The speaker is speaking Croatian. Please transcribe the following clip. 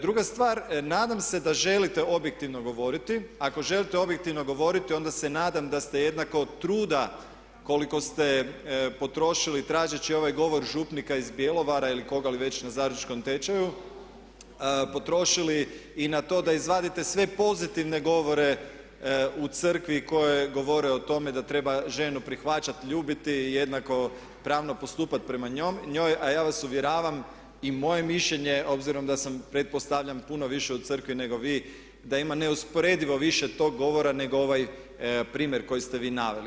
Druga stvar, nadam se da želite objektivno govoriti, ako želite objektivno govoriti onda se nadam da ste jednako truda koliko ste potrošili tražeći ovaj govor župnika iz Bjelovara ili koga li već na zaručničkom tečaju, potrošili i na to da izvadite sve pozitivne govore u crkvi koji govore o tome da treba ženu prihvaćati, ljubiti i jednako pravno postupati prema njoj a ja vas uvjeravam i moje mišljenje je obzirom da sam pretpostavljam puno više u crkvi nego vi da ima neusporedivo više tog govora nego ovaj primjer koji ste vi naveli.